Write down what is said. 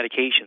medications